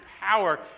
power